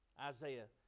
Isaiah